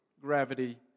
gravity